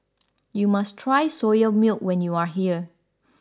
you must try Soya Milk when you are here